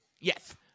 yes